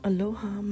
Aloha